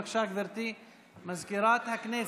בבקשה, גברתי מזכירת הכנסת.